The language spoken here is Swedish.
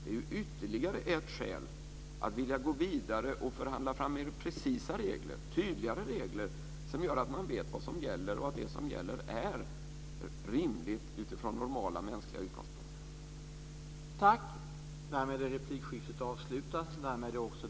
Det är ytterligare ett skäl för att vilja gå vidare och förhandla fram mer precisa regler, tydligare regler, som gör att man vet vad som gäller och att det som gäller är rimligt utifrån normala mänskliga utgångspunkter.